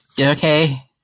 okay